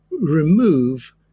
remove